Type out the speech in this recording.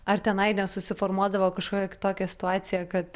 ar tenai susiformuodavo kažkokia kitokia situacija kad